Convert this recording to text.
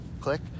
click